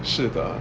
是的